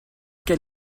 quel